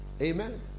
Amen